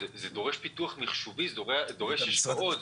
זה דורש פיתוח מחשובי, זה דורש השקעות.